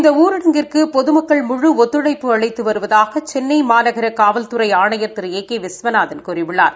இந்த ஊரடங்கிற்கு பொதுமக்கள் முழு ஒத்துழைப்பு அளித்து வருவதாக சென்னை காவல்துறை ஆணையா் திரு ஏ கே விஸ்வநாதன் கூறியுள்ளார்